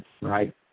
right